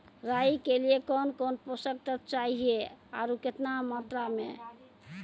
राई के लिए कौन कौन पोसक तत्व चाहिए आरु केतना मात्रा मे?